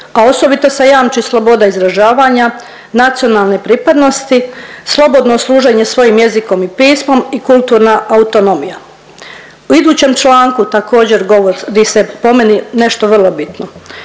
a osobito se jamči sloboda izražavanja nacionalne pripadnosti, slobodno služenje svojim jezikom i pismom i kulturna autonomija. U idućem članku također govori se po meni nešto vrlo bitno,